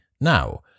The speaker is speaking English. now